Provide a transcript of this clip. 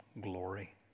glory